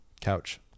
couch